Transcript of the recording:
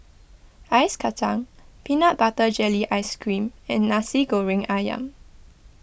Ice Kacang Peanut Butter Jelly Ice Cream and Nasi Goreng Ayam